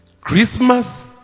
Christmas